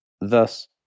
thus